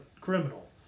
criminal